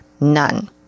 None